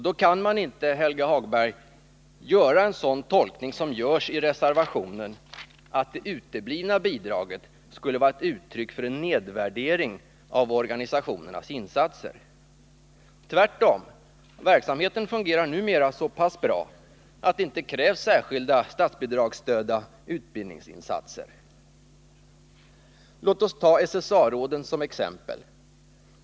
Då kan man inte, Helge Hagberg, göra den tolkning som gjorts i reservationen: att uteblivandet av bidrag skulle vara ett uttryck för en nedvärdering av organisationernas insatser. Tvärtom, verksamheten fungerar numera så pass bra att det inte krävs särskilda statsbidragsstödda utbildningsinsatser. Låt oss ta SSA-råden som exempel.